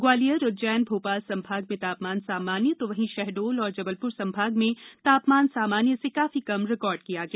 ग्वालियर उज्जैन भोपाल संभाग में तापमान सामान्य तो वहीं शहडोल और जबलपुर संभाग में तापमान सामान्य से काफी कम रिकार्ड किया गया